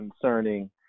concerning